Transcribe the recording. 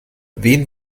wen